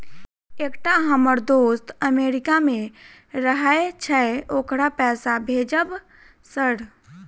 एकटा हम्मर दोस्त अमेरिका मे रहैय छै ओकरा पैसा भेजब सर?